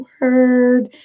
Word